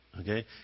Okay